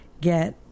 get